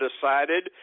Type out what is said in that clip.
decided